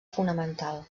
fonamental